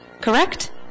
correct